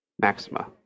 Maxima